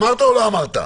אמרת או לא אמרת?